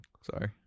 Sorry